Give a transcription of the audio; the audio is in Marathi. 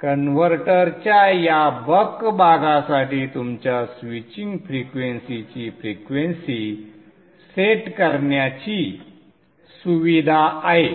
कन्व्हर्टरच्या या बक भागासाठी तुमच्या स्विचिंग फ्रिक्वेसीची फ्रिक्वेसी सेट करण्याची सुविधा आहे